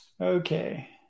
Okay